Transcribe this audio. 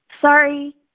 Sorry